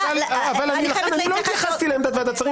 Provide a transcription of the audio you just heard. אני לא התייחסתי לעמדת ועדת שרים,